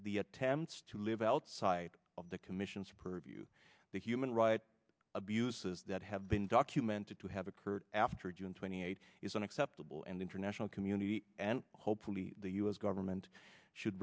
the attempts to live outside of the commission's purview the human rights abuses that have been documented to have occurred after june twenty eighth is unacceptable and international community and hopefully the u s government should